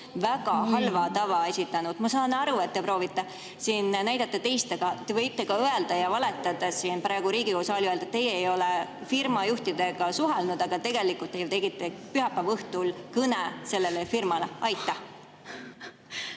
väga halva tava esitanud. Ma saan aru, et te proovite siin näidata midagi teist, te võite ka valetada siin praegu Riigikogu saalis ja öelda, et teie ei ole firma juhtidega suhelnud, aga tegelikult te ju tegite pühapäeva õhtul kõne sellele firmale. Aitäh,